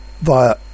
via